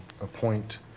appoint